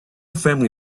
family